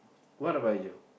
what about you